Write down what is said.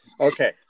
okay